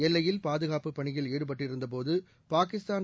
எல்லையில் பாதுகாப்பு பணியில் ஈடுபட்டிருந்த போது பாகிஸ்தான்